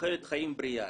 תוחלת חיים בריאה.